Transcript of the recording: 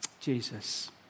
Jesus